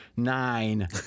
Nine